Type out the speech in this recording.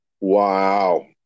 Wow